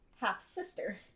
half-sister